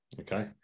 okay